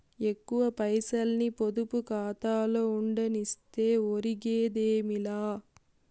ఎక్కువ పైసల్ని పొదుపు కాతాలో ఉండనిస్తే ఒరిగేదేమీ లా